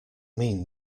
mean